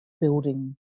building